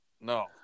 No